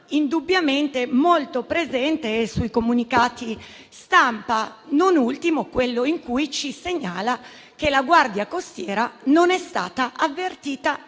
indubbiamente è molto presente sui comunicati stampa: non ultimo quello in cui ci segnala che la Guardia costiera non è stata avvertita